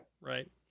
right